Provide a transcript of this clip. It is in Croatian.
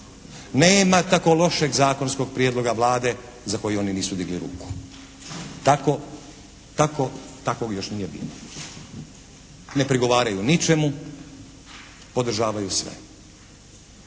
Nema tako lošeg zakonskog prijedloga Vlade za koji oni nisu digli ruku, takvog još nije bilo. Ne prigovaraju ničemu, podržavaju sve.